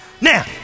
now